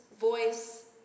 voice